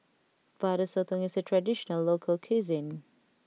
Butter Sotong is a traditional local cuisine